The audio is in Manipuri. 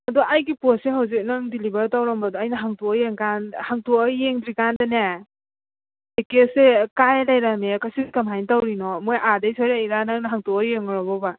ꯑꯗꯣ ꯑꯩꯒꯤ ꯄꯣꯠꯁꯦ ꯍꯧꯖꯤꯛ ꯅꯪꯅ ꯗꯤꯂꯤꯕꯔ ꯇꯧꯔꯝꯕꯗꯣ ꯑꯩꯅ ꯍꯥꯡꯇꯣꯛꯑ ꯌꯦꯡꯀꯥꯟꯗ ꯍꯥꯡꯇꯣꯛꯑ ꯌꯦꯡꯗ꯭ꯔꯤ ꯀꯥꯟꯗꯅꯦ ꯄꯦꯛꯀꯦꯠꯁꯦ ꯀꯥꯏꯔ ꯂꯩꯔꯝꯃꯦ ꯀꯩꯁꯨ ꯀꯃꯥꯏꯅ ꯇꯧꯔꯤꯅꯣ ꯃꯣꯏ ꯑꯥꯗꯩ ꯁꯣꯏꯔꯛꯏꯔ ꯅꯪꯅ ꯍꯥꯡꯇꯣꯛꯑ ꯌꯦꯡꯉꯨꯔꯕꯣꯕ